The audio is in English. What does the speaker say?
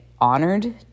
honored